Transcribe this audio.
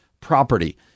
property